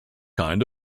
kind